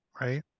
right